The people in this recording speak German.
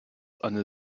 eine